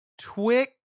Twix